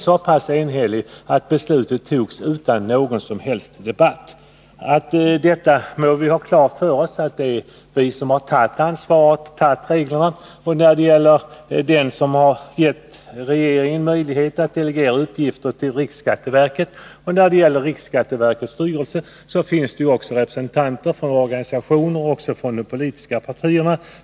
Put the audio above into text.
så enhällig att beslutet fattades utan någon som helst debatt. Vi skall ha klart för oss att det är vi som antagit de regler som gett regeringen möjligheter att delegera uppgifter till riksskatteverket. I riksskatteverkets styrelse finns representanter för organisationer och för de politiska partierna.